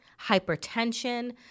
hypertension